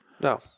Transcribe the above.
No